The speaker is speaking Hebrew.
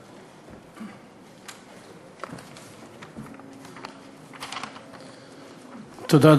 תודה.